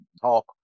talk